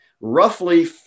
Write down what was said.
Roughly